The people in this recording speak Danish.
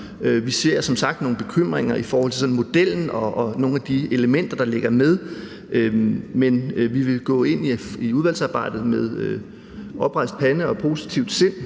som sagt nogle bekymringer i forhold til modellen og nogle af de elementer, der er med, men vi vil gå ind i udvalgsarbejdet med oprejst pande og positivt sind,